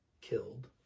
killed